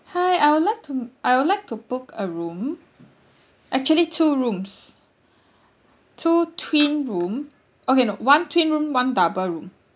hi I would like to I would like to book a room actually two rooms two twin room okay no one twin room one double room